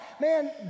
man